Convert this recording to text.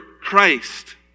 Christ